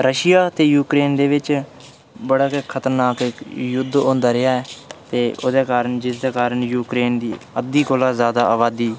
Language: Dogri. रशिया ते यूक्रेन दे बिच्च बड़ा गै ख़तरनाक इक युद्ध होंदा रेहा है ते ओह्दे कारण यूक्रेन दी अद्धी कोला ज्यादा अबादी